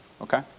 Okay